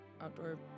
outdoor